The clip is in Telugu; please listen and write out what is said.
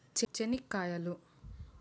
చెనిక్కాయలు